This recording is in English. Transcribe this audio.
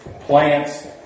plants